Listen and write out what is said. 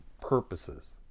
purposes